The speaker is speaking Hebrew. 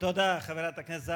איזה כבוד לכנסת.